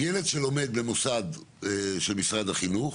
ילד שלומד במוסד של משרד החינוך,